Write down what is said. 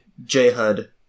j-hud